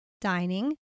dining